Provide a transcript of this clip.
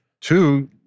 Two